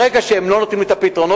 ברגע שהם לא נותנים לי את הפתרונות,